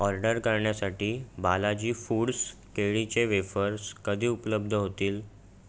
order करण्यासाठी Balaji foods केळीचे wafers कधी उपलब्ध होतील